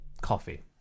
coffee